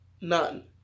None